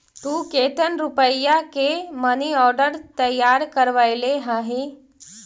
तु केतन रुपया के मनी आर्डर तैयार करवैले हहिं?